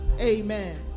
Amen